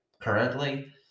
currently